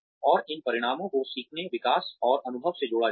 और इन परिणामों को सीखने विकास और अनुभव से जोड़ा जाता है